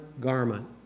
garment